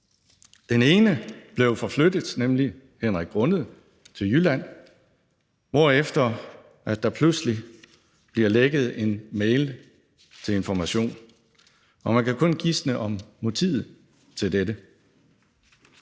Den ene blev forflyttet til Jylland, nemlig Henrik Grunnet, hvorefter der pludselig bliver lækket en mail til Information, og man kan kun gisne om motivet til dette.